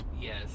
Yes